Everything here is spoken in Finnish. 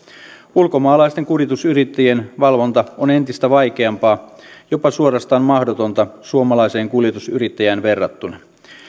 ulkomaalaisten kuljetusyrittäjien valvonta on entistä vaikeampaa jopa suorastaan mahdotonta suomalaiseen kuljetusyrittäjään verrattuna